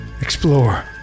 Explore